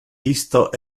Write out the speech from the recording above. isto